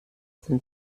sein